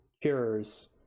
cures